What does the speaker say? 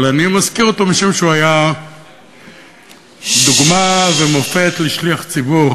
אבל אני מזכיר אותו משום שהוא היה דוגמה ומופת לשליח ציבור